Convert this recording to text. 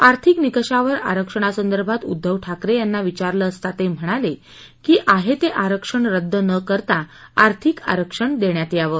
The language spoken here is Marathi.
आर्थिक निकषावर आरक्षणासंदर्भात उद्दव ठाकरे यांना विचारलं असता ते म्हणाले की आहे ते आरक्षण रद्द नं करता आर्थिक आरक्षण देण्यात यावं